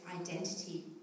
identity